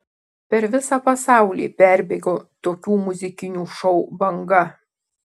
per visą pasaulį perbėgo tokių muzikinių šou banga